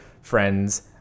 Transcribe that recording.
friends